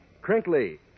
crinkly